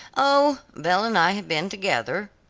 oh, belle and i have been together.